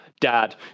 dad